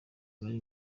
bari